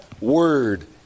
word